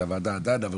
זה הוועדה רואה.